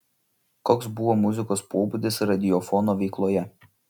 koks buvo muzikos pobūdis radiofono veikloje